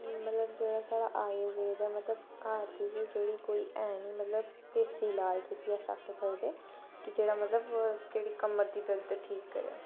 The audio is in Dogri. मतलब जेह्ड़ा साढ़ा आयुर्वेद ऐ मतलब घर दी ते जेह्ड़ी कोई ऐ नी मतलब देसी इलाज़ जिसी अस आक्खी सकदे कि जेह्ड़ा मतलब जेह्ड़ी कमर दी दर्द ठीक करै